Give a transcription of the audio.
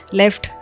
left